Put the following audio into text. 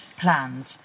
plans